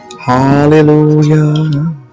hallelujah